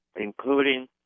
including